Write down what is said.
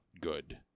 good